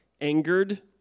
angered